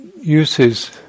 uses